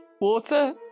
water